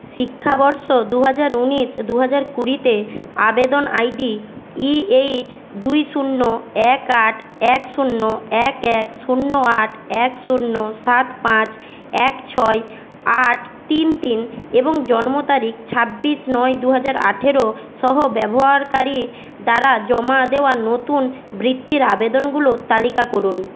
শিক্ষাবর্ষ দু হাজার উনিশ দু হাজার কুড়িতে আবেদন আইডি ইএইচ দুই শূন্য এক আট এক শূন্য এক এক শূন্য আট এক শূন্য সাত পাঁচ এক ছয় আট তিন তিন এবং জন্ম তারিখ ছাব্বিশ নয় দু হাজার আঠেরো সহ ব্যবহারকারী দ্বারা জমা দেওয়া নতুন বৃত্তির আবেদনগুলোর তালিকা করুন